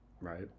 Right